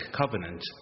covenant